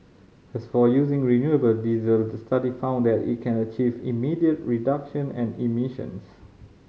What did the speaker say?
as for using renewable diesel the study found that it can achieve immediate reduction and emissions